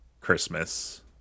Christmas